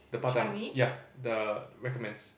the part time yeah the recommends